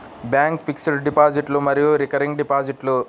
bank fixed డిపాజిట్లు మరియు recurring డిపాజిట్లు